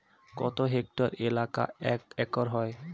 কত হেক্টর এলাকা এক একর হয়?